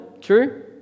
True